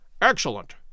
Excellent